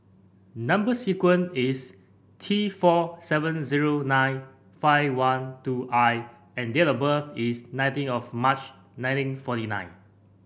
number sequence is T four seven zero nine five one two I and date of birth is nineteen of March nineteen forty nine